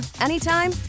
anytime